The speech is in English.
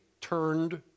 turned